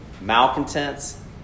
malcontents